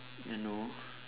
you know